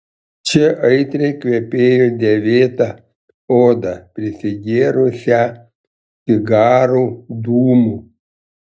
čia aitriai kvepėjo dėvėta oda prisigėrusią cigarų dūmų